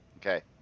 Okay